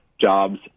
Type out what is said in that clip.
Jobs